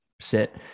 sit